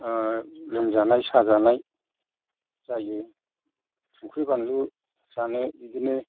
लोमजानाय साजानाय जायो संख्रै बानलु जानो बिदिनो